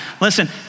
Listen